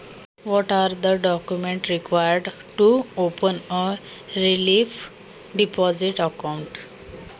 मुदत ठेव खाते उघडण्यासाठी कोणती कागदपत्रे लागतील?